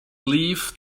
leave